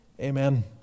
Amen